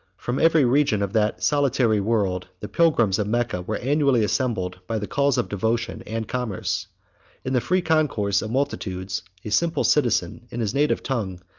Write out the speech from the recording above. from every region of that solitary world, the pilgrims of mecca were annually assembled, by the calls of devotion and commerce in the free concourse of multitudes, a simple citizen, in his native tongue,